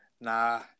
nah